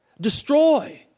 destroy